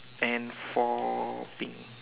and four pink